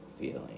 feeling